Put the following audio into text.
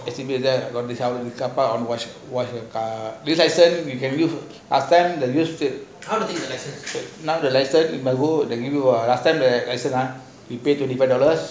we can do last time we can do now in the room do all last time they have lesson ah five dollars